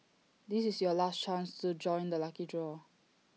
this is your last chance to join the lucky draw